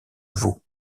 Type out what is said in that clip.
vaud